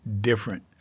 different